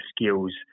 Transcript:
skills